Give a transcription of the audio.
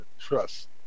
Trust